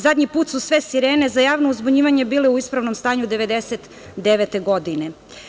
Zadnji put su sve sirene za javno uzbunjivanje bile u ispravnom stanju 1999. godine.